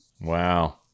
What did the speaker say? wow